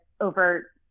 over